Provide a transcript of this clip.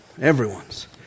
Everyone's